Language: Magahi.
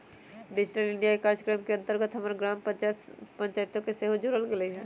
डिजिटल इंडिया काजक्रम के अंतर्गत हमर गाम के ग्राम पञ्चाइत के सेहो जोड़ल गेल हइ